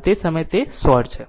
તેથી તે સમયે જો તે શોર્ટ છે